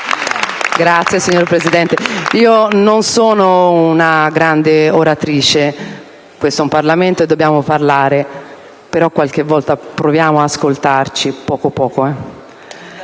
ringrazio, signor Presidente. Non sono una grande oratrice: questo è un Parlamento e dobbiamo parlare, però qualche volta proviamo ad ascoltarci un poco.